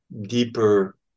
deeper